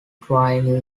twin